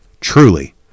Truly